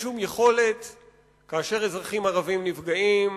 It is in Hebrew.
כאשר אזרחים ערבים נפגעים,